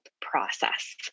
process